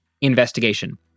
investigation